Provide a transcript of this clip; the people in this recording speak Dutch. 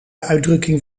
uitdrukking